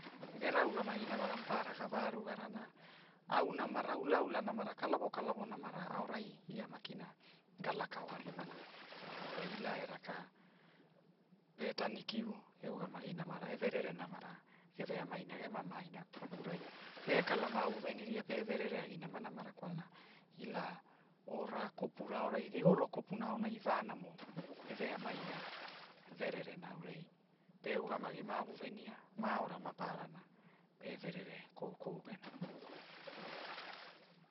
Gera ugamgi namanamara mapara ga va rugarana, au namara ulaula namara kalavo kalavo namara aorai, ia makina, ga lakao ripana, aurai ila e raka, pe tanikiu, e ugamagi namara e verere namara ge veamaina gema maaina pakurai pe kala mavu veniria pe verere agi namanamara kwalana, ila ora kopura aorai rigolo kopuna aonai vanamo e veamaina, verere na aurai, pe ugamagi mavu venia, ma aura maparanai, pe verere, koukou gena.